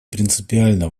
принципиально